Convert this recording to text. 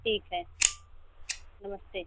ठीक है नमस्ते